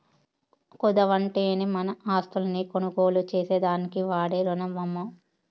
కుదవంటేనే మన ఆస్తుల్ని కొనుగోలు చేసేదానికి వాడే రునమమ్మో